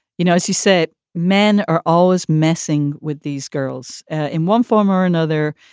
you know, as you said, men are always messing with these girls in one form or another.